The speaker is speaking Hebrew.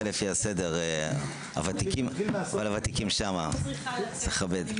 מתנצלת, אני צריכה לצאת.